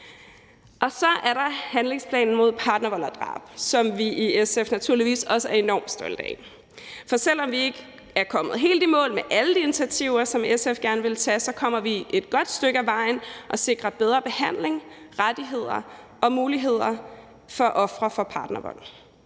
Så er der handlingsplanen mod partnervold og -drab, som vi i SF naturligvis også er enormt stolte af. For selv om vi ikke er kommet helt i mål med alle de initiativer, som SF gerne ville tage, så kommer vi et godt stykke ad vejen og sikrer bedre behandling, rettigheder og muligheder for ofre for partnervold.